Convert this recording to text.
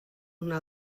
una